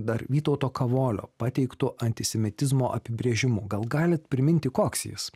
dar vytauto kavolio pateiktu antisemitizmo apibrėžimu gal galit priminti koks jis